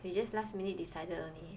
we just last minute decided only